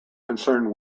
concerned